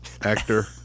Actor